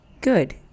Good